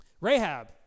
Rahab